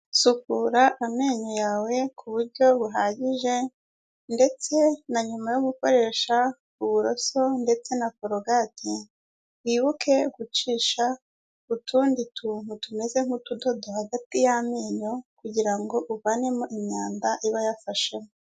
Sukura amenyo yawe ku buryo buhagije ndetse na nyuma yo gukoresha uburoso ndetse na korogate, wibuke gucisha utundi tuntu tumeze nk'utudodo hagati y'amenyo kugira ngo uvanemo imyanda iba yafashemo.